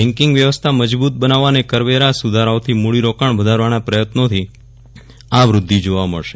banking વ્યવસ્થા મજબૂત બનાવવા અને કરવેરા સુધારાઓથી મૂડીરોકાજ્ઞ વધારવાના પ્રયત્નોથી આ વ્રદ્ધિ જોવા મળશે